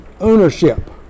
ownership